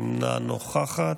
אינה נוכחת.